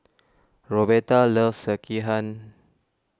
Roberta loves Sekihan